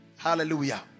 hallelujah